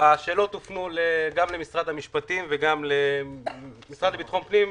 השאלות הופנו גם למשרד המשפטים וגם למשרד לביטחון פנים,